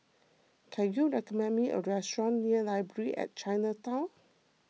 can you recommend me a restaurant near Library at Chinatown